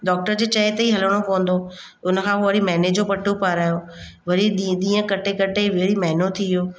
doctor जे चए ते ई हलिणो पवंदो उन खां पोइ वरी महिने जो पटो पारायो वरी ॾींहुं ॾींहुं कटे कटे वरी महिनो थी वियो